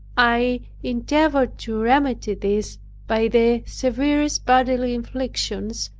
i endeavored to remedy this by the severest bodily inflictions,